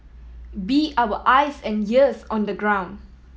be our eyes and ears on the ground